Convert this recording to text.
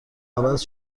عوض